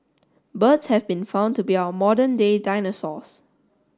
birds have been found to be our modern day dinosaurs